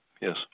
yes